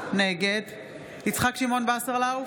נגד יצחק שמעון וסרלאוף,